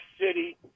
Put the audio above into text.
City